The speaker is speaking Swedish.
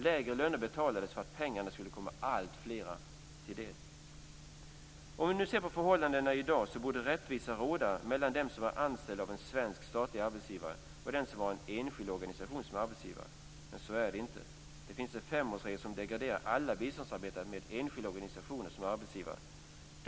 Lägre löner betalades för att pengarna skulle komma fler till del. Om vi nu ser på förhållandena i dag, borde rättvisa råda mellan dem som är anställda av en statlig svensk arbetsgivare och den som har enskild organisation som arbetsgivare, men så är det inte. Det finns en femårsregel som drabbar alla biståndsarbetare med enskilda organisationer som arbetsgivare.